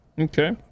Okay